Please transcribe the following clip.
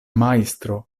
majstro